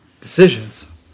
Decisions